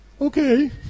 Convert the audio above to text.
okay